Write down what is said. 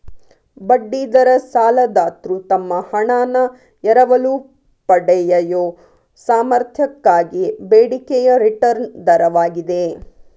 ಬಡ್ಡಿ ದರ ಸಾಲದಾತ್ರು ತಮ್ಮ ಹಣಾನ ಎರವಲು ಪಡೆಯಯೊ ಸಾಮರ್ಥ್ಯಕ್ಕಾಗಿ ಬೇಡಿಕೆಯ ರಿಟರ್ನ್ ದರವಾಗಿದೆ